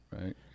Right